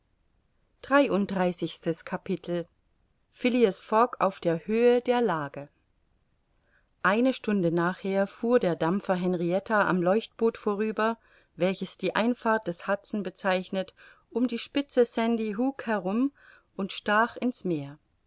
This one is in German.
fogg auf der höhe der lage eine stunde nachher fuhr der dampfer henrietta am leuchtboot vorüber welches die einfahrt des hudson bezeichnet um die spitze sandy hook herum und stach in's meer